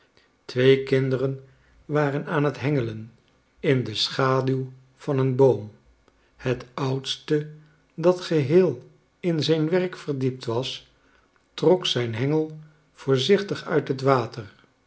twee kinderen waren aan het hengelen in de schaduw van een boom het oudste dat geheel in zijn werk verdiept was trok zijn hengel voorzichtig uit het water